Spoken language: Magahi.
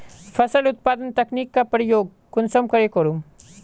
फसल उत्पादन तकनीक का प्रयोग कुंसम करे करूम?